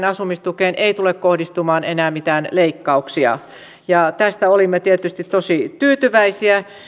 asumistukeen ei tule kohdistumaan enää mitään leikkauksia tästä olimme tietysti tosi tyytyväisiä